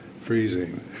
freezing